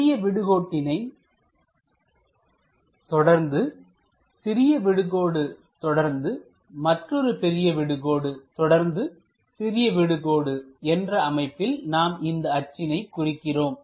பெரிய விடுகோட்டினை தொடர்ந்து சிறிய விடுகோடு தொடர்ந்து மற்றொரு பெரிய விடுகோடு தொடர்ந்து சிறிய விடுகோடு என்ற அமைப்பில் நாம் இந்த அச்சினை குறிக்கிறோம்